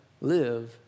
live